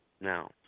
Now